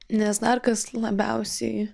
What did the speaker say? nes dar kas labiausiai